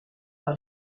par